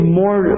more